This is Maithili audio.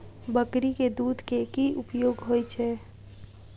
बकरी केँ दुध केँ की उपयोग होइ छै?